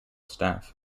staff